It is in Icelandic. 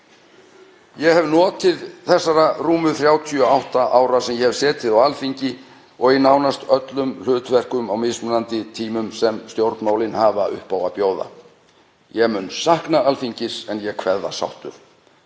Ég hef notið þeirra rúmu 38 ára sem ég hef setið á Alþingi, í nánast öllum hlutverkum á mismunandi tímum sem stjórnmálin hafa upp á að bjóða. Ég mun sakna Alþingis en ég kveð það sáttur.